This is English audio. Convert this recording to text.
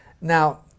Now